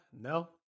no